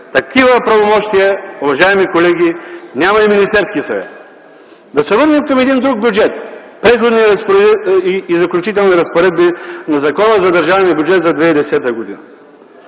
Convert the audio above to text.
Такива правомощия, уважаеми колеги, няма и Министерският съвет. Да се върнем към един друг бюджет – „Преходни и заключителни разпоредби” на Закона за държавния бюджет за 2010 г.